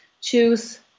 choose